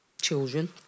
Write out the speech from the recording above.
children